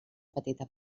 petita